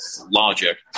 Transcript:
logic